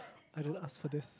I don't ask for this